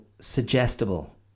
suggestible